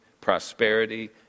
prosperity